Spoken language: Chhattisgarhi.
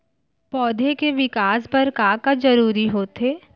पौधे के विकास बर का का जरूरी होथे?